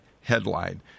headline